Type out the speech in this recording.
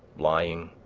lying,